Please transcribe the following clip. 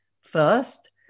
First